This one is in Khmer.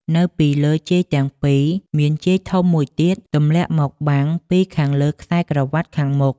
នៅពីលើជាយទាំងពីរ មានជាយធំមួយទៀតទម្លាក់មកបាំងពីខាងលើខ្សែក្រវ៉ាត់ខាងមុខ។